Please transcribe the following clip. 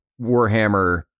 Warhammer